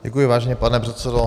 Děkuji, vážený pane předsedo.